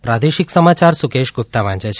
પ્રાદેશિક સમાચાર સુકેશ ગુપ્તા વાંચે છે